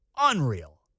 Unreal